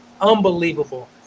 unbelievable